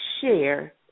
share